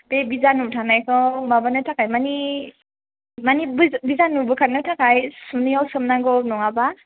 बे बिजानु थानायखौ माबानो थाखाय माने बिजानु बोखारनो थाखाय सुनैयाव सोमनांगौ नङाबा